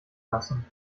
lassen